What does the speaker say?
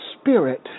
spirit